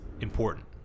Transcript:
important